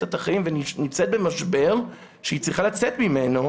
את החיים ונמצאת במשבר שהיא צריכה לצאת ממנו,